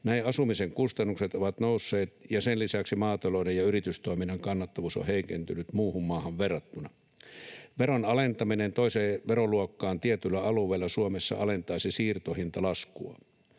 Näin asumisen kustannukset ovat nousseet ja sen lisäksi maatalouden ja yritystoiminnan kannattavuus on heikentynyt muuhun maahan verrattuna. Veron alentaminen toiseen veroluokkaan tietyllä alueella Suomessa alentaisi siirtohintalaskua,